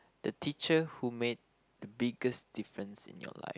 the teacher who made the biggest difference in your life